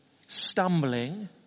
stumbling